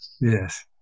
yes